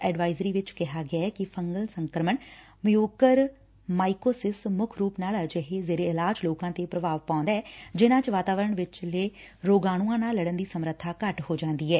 advisory ਚ ਕਿਹਾ ਗਿਐ ਕਿ ਫੰਗਲ ਸੰਕਰਮਣ ਮਯੁਕਰ ਮਾਈਕੋ ਸਿਸ ਮੁੱਖ ਰੁਪ ਨਾਲ ਅਜਿਹੇ ਜ਼ੇਰੇ ਇਲਾਜ ਲੋਕਾਂ ਤੇ ਪ੍ਰਭਾਵ ਪਾਉਦੈ ਜਿਨ੍ਹਾਂ ਚ ਵਾਤਾਵਰਨ ਵਿਚਲੇ ਰੋਗਾਣੂਆਂ ਨਾਲ ਲੜਨ ਦੀ ਸਮਰੱਬਾ ਘੱਟ ਹੋ ਜਾਂਦੀ ਐ